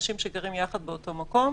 אנשים שגרים יחד באותו מקום.